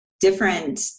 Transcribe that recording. different